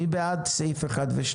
מי בעד סעיפים 1 ו-2?